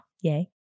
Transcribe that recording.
Yay